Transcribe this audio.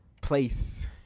place